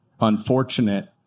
unfortunate